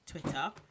Twitter